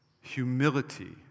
Humility